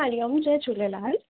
हरिओम जय झूलेलाल